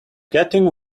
getting